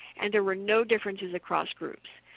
and there were no differences across groups.